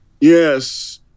Yes